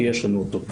כי יש לנו אותו.